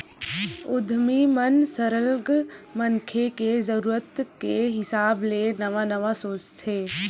उद्यमी मन सरलग मनखे के जरूरत के हिसाब ले नवा नवा सोचथे